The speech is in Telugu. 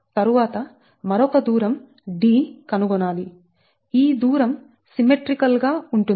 తర్వాత మరొక దూరం D కనుగొనాలి ఈ దూరం సిమ్మెట్రీకల్ గా ఉంటుంది